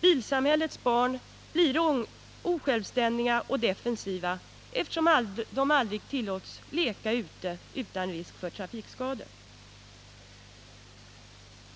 Bilsamhällets barn blir osjälvständiga och defensiva, eftersom de aldrig tillåts leka ute utan risk för trafikskador.